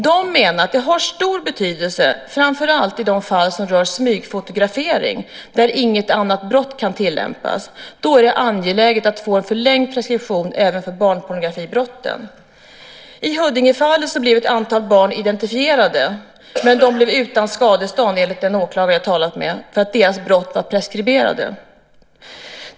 De menar att det har stor betydelse framför allt i de fall som rör smygfotografering där inget annat brott kan tillämpas. Då är det angeläget att få en förlängd preskription även för barnpornografibrotten. I Huddingefallet blev ett antal barn identifierade, men de blev utan skadestånd enligt den åklagare jag talat med för att brotten som begåtts mot dem var preskriberade.